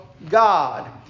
God